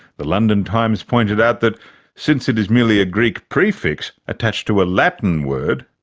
the london times pointed out that since it is merely a greek prefix attached to a latin word,